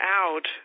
out